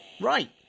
Right